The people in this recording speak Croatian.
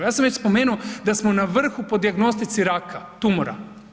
Ja sam već spomenuo da smo na vrhu po dijagnostici raka, tumora.